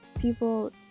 people